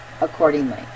accordingly